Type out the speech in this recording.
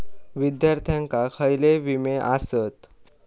विद्यार्थ्यांका खयले विमे आसत?